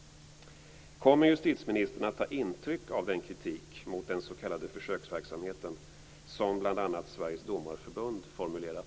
Kommer justitieministern att ta intryck av den kritik mot den s.k. försöksverksamheten som bl.a.